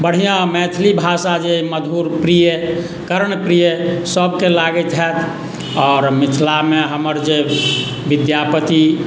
बढ़ियाँ मैथिली भाषा जे मधुर प्रिय कर्णप्रिय सभके लागैत होयत आओर मिथिलामे हमर जे विद्यापति